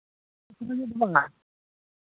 ᱥᱩᱠᱨᱤ ᱡᱤᱞ ᱥᱟᱞᱟᱜ